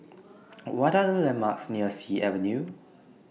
What Are The landmarks near Sea Avenue